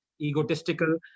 egotistical